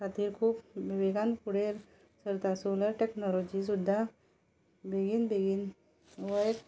खातीर खूब वेगान फुडें चलता सॉलार टेक्नोलॉजी सुद्दां बेगीन बेगीन वत